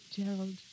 Gerald